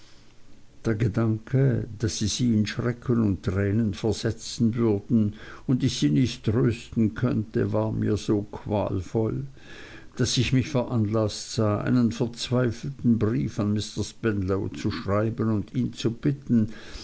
der gedanke daß sie sie in schrecken und tränen versetzen würden und ich sie nicht trösten könnte war mir so qualvoll daß ich mich veranlaßt sah einen verzweifelten brief an mr spenlow zu schreiben und ihn zu bitten